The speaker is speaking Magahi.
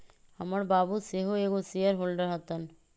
हमर बाबू सेहो एगो शेयर होल्डर हतन